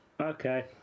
okay